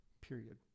period